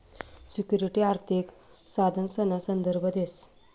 security आर्थिक साधनसना संदर्भ देस